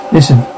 Listen